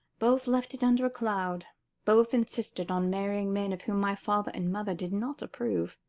both left it under a cloud both insisted on marrying men of whom my father and mother did not approve.